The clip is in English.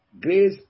Grace